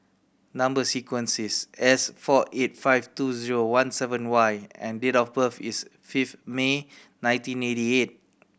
number sequence is S four eight five two zero one seven Y and date of birth is fifth May nineteen eighty eight